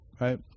Right